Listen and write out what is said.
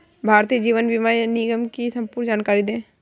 भारतीय जीवन बीमा निगम की संपूर्ण जानकारी दें?